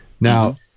now